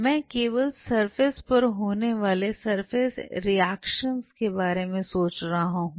मैं केवल सरफेस पर होने वाले सरफेस रिएक्शन के बारे में सोच रहा हूँ